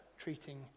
Treating